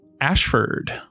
Ashford